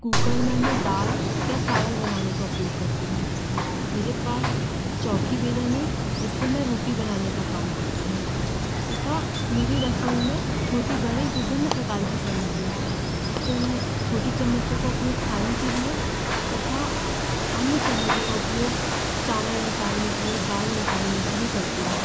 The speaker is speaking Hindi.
कुकर में मैं दाल या चावल बनाने का उपयोग करती हूँ मेरे पास चौकी बेलन है जिससे मैं रोटी बनाने का काम करती हूँ तथा मेरी रसोई में छोटी बड़ी विभिन्न प्रकार की चम्मचें हैं जिससे मैं छोटी चम्मचें का उपयोग खाने के लिए तथा अन्य चम्मचों का उपयोग चावल निकालने के लिए दाल निकालने के लिए करती हूँ